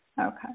Okay